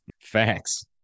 Facts